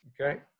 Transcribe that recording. Okay